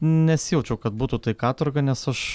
nesijaučiau kad būtų tai katorga nes aš